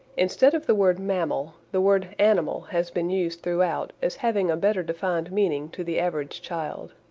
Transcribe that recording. instead of the word mammal, the word animal has been used throughout as having a better defined meaning to the average child.